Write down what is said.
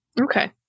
Okay